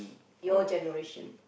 your generation